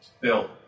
Bill